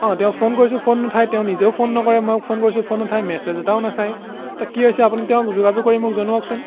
অঁ তেওঁক ফোন কৰিছোঁ ফোন নুঠায় তেওঁ নিজেও ফোন নকৰে মই ফোন কৰিছোঁ ফোন নুঠায় মেছেজ এটাও নাচায় এতিয়া কি হৈছে আপুনি তেওঁক যোগাযোগ কৰি মোক জনাওকচোন